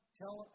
tell